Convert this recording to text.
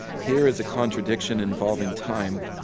here's a contradiction involving time.